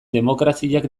demokraziak